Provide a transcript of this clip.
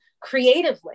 creatively